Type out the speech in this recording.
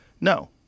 no